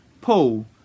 Paul